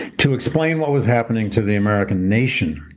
to explain what was happening to the american nation,